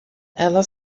ela